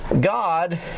God